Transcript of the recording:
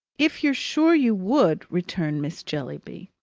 if you're sure you would, returned miss jellyby,